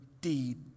deed